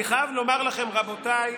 אני חייב לומר לכם, רבותיי,